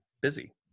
busy